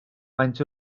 faint